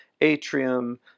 atrium